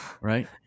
Right